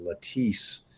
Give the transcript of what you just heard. Latisse